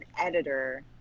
editor